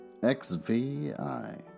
XVI